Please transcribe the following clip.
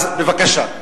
אז בבקשה,